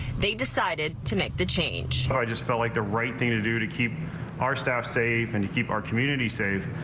they decided to make the change i just felt like the right thing to do to keep our staff safe and keep our community safe.